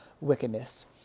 wickedness